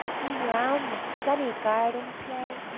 we round the sunny garden play,